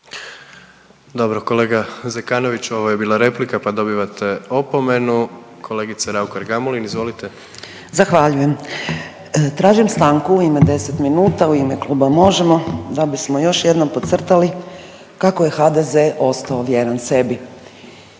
Dobro kolega Zekanović ovo je bila replika pa dobivate opomenu. Kolegica Raukar-Gamulin, izvolite. **Raukar-Gamulin, Urša (Možemo!)** Zahvaljujem. Tražim stanku u ime deset minuta, u ime kluba MOŽEMO da bismo još jednom podcrtali kako je HDZ ostao vjeran sebi.